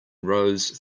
rows